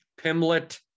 Pimlet